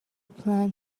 plane